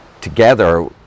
together